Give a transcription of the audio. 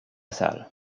salle